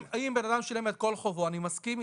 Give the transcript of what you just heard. אם בן אדם שילם את כל חובו אני מסכים איתך.